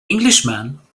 englishman